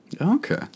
Okay